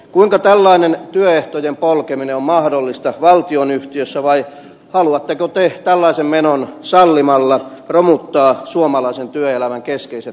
kuinka tällainen työehtojen polkeminen on mahdollista valtionyhtiössä vai haluatteko te tällaisen menon sallimalla romuttaa suomalaisen työelämän keskeiset pelisäännöt